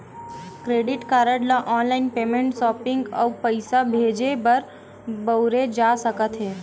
credit card ल online payment, shopping अउ पइसा भेजे बर बउरे जा सकत हे